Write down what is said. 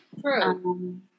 True